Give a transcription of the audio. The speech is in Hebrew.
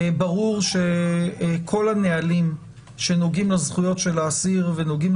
ברור שכל הנהלים שנוגעים לזכויות של האסיר ונוגעים